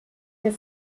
der